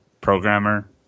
programmer